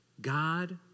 God